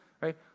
right